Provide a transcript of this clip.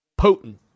potent